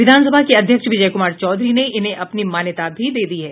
विधानसभा के अध्यक्ष विजय कुमार चौधरी ने इन्हें अपनी मान्यता भी दे दी है